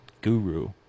guru